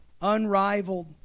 unrivaled